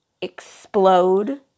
explode